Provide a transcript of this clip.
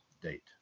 date